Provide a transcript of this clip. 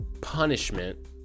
punishment